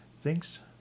Thanks